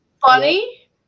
funny